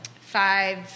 five